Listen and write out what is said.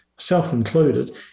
self-included